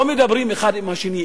הם לא מדברים אחד עם השני.